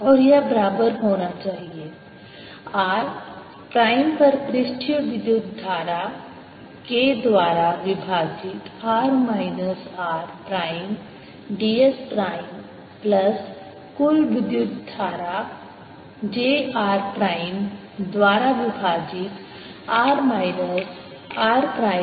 और यह बराबर होना चाहिए r प्राइम पर पृष्ठीय विद्युत धारा K द्वारा विभाजित r minus r prime ds prime plus कुल विद्युत धारा J r प्राइम द्वारा विभाजित r minus r prime ds prime